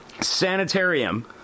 Sanitarium